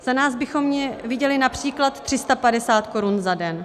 Za nás bychom viděli například 350 korun za den.